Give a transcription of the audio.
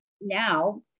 now